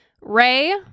Ray